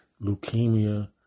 leukemia